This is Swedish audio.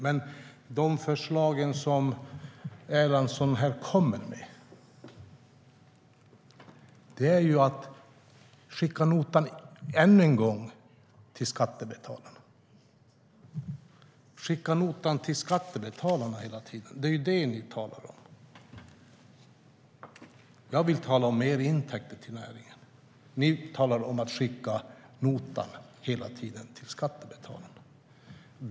Men de förslag som Erlandsson här kommer med är ju att man än en gång ska skicka notan till skattebetalarna. Det är ju det som ni talar om hela tiden. Jag vill tala om mer intäkter till näringen. Ni talar om att skicka notan till skattebetalarna.